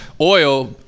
oil